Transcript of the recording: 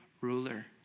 ruler